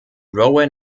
rowan